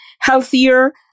healthier